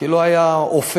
כי לא היה אופק,